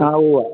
ആ ഉവ്വ ഉവ്വ